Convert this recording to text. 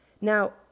Now